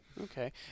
Okay